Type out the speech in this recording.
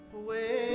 away